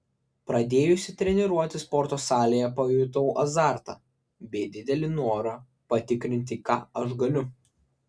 pradėjusi treniruotis sporto salėje pajutau azartą bei didelį norą patikrinti ką aš galiu